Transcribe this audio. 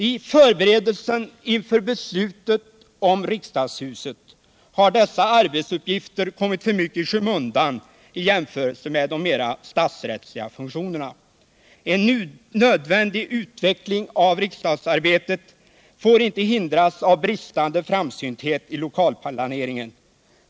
I förberedelserna inför beslutet om riksdagshuset har dessa arbetsuppgifter kommit för mycket i skymundan i jämförelse med de mera statsrättsliga funktionerna. En nödvändig utveckling av riksdagsarbetet får inte hindras av bristande framsynthet i lokalplaneringen.